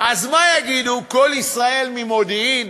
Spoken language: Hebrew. אז מה יגידו, "קול ישראל ממודיעין"?